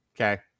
Okay